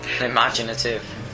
Imaginative